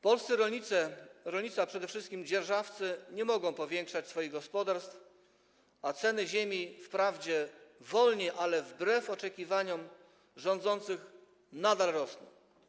Polscy rolnicy, a przede wszystkim dzierżawcy, nie mogą powiększać swoich gospodarstw, a ceny ziemi wprawdzie wolniej, ale wbrew oczekiwaniom rządzących nadal rosną.